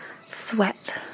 sweat